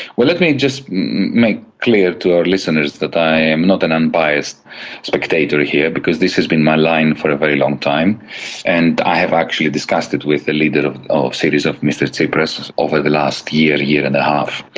well let me just make clear to our listeners that i am not an unbiased spectator here, because this has been my line for a very long time and i have actually discussed it with the leader of syriza, mr tsipras, over the last year, year-and-a-half.